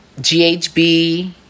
GHB